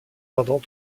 pendant